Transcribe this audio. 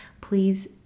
please